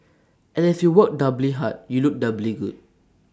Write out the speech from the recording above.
and if you work doubly hard you look doubly good